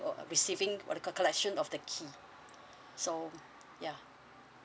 receiving or the the collection of the key so ya